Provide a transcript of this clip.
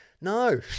no